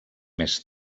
més